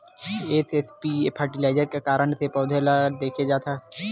SSP fertiliser का कारण से पौधा ल दे जाथे?